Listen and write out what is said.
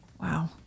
Wow